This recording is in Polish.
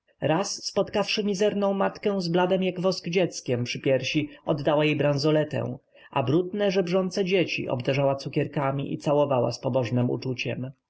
raz spotkawszy mizerną matkę z bladem jak wosk dzieckiem przy piersi oddała jej bransoletę a brudne żebrzące dzieci obdarzała cukierkami i całowała z pobożnem uczuciem